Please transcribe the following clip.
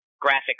graphic